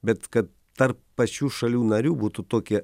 bet kad tarp pačių šalių narių būtų tokie